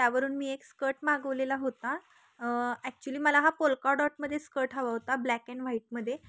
त्यावरून मी एक स्कर्ट मागवलेला होता ॲक्चुली मला हा पोल्का डॉटमध्ये स्कर्ट हवा होता ब्लॅक अँड व्हाईटमध्ये